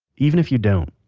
even if you don't,